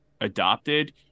adopted